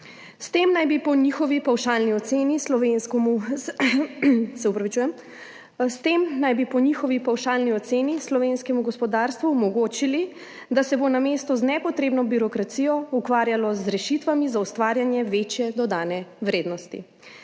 S tem naj bi po njihovi pavšalni oceni slovenskemu gospodarstvu omogočili, da se bo namesto z nepotrebno birokracijo ukvarjalo z rešitvami za ustvarjanje večje dodane vrednosti.